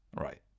right